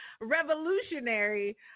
revolutionary